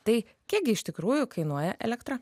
tai kiek gi iš tikrųjų kainuoja elektra